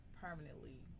permanently